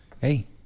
hey